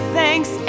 thanks